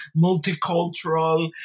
multicultural